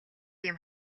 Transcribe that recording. ийм